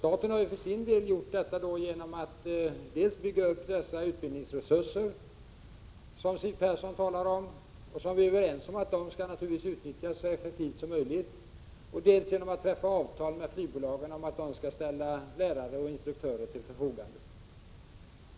Staten har för sin del medverkat dels genom att bygga upp utbildningsresurser, vilket Siw Persson talar om och som vi är överens om skall utnyttjas så effektivt som möjligt, dels genom att träffa avtal med flygbolagen om att de skall ställa lärare och instruktörer till förfogande.